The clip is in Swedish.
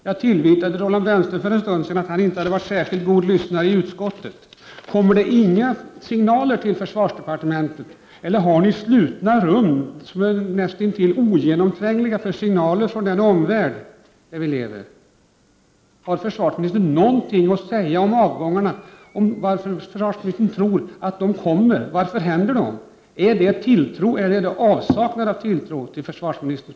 Jag tillvitade Roland Brännström för en stund sedan att han inte varit en särskilt god lyssnare i utskottet. Kommer det inga signaler till försvarsdepartementet? Har ni slutna rum som är näst intill ogenomträngliga för signaler från den omvärld i vilken vi lever? Har försvarsministern någonting att säga om avgångarna? Varför tror försvarsministern att de händer? Är det tilltro eller är det avsaknad av tilltro till försvarsministerns politik?